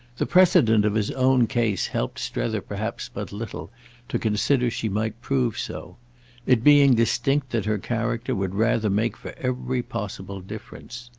the precedent of his own case helped strether perhaps but little to consider she might prove so it being distinct that her character would rather make for every possible difference.